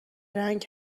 رنگ